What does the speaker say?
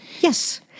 Yes